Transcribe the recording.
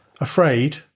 afraid